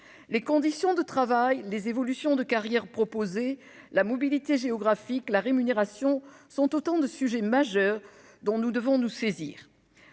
Les conditions de travail, les évolutions de carrière proposées, la mobilité géographique et la rémunération sont autant de sujets majeurs dont nous devons nous saisir.